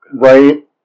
Right